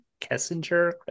kessinger